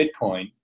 Bitcoin